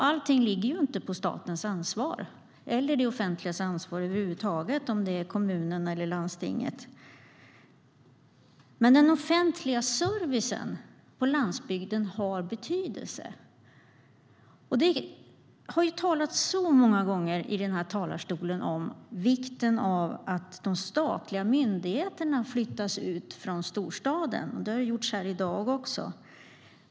Allting är inte statens ansvar, eller det offentligas över huvud taget - kommunens eller landstingets. Den offentliga servicen på landsbygden har betydelse. I den här talarstolen har det många gånger talats om vikten av att de statliga myndigheterna flyttas ut från storstaden. Det har talats om det här i dag också.